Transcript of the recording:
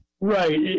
Right